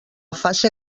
fase